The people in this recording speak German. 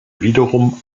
wiederum